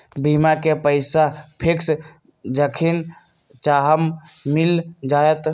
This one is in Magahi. बीमा के पैसा फिक्स जखनि चाहम मिल जाएत?